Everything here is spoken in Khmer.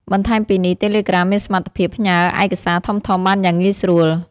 បន្ថែមពីនេះ តេឡេក្រាមមានសមត្ថភាព ផ្ញើឯកសារធំៗ បានយ៉ាងងាយស្រួល។